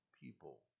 people